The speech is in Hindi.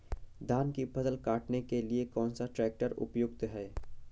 धान की फसल काटने के लिए कौन सा ट्रैक्टर उपयुक्त है?